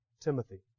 Timothy